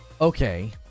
Okay